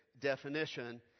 definition